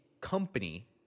company